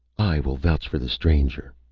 i will vouch for the stranger.